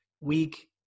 week